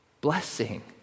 blessing